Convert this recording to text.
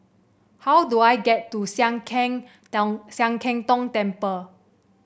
how do I get to Sian Keng Tong Sian Keng Tong Temple